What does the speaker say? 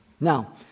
Now